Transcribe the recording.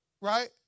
Right